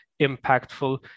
impactful